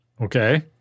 Okay